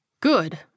Good